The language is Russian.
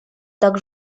так